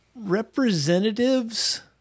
Representatives